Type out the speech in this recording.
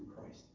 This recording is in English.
Christ